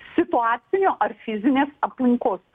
situacijų ar fizinės aplinkos